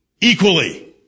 equally